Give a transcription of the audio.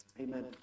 amen